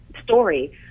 story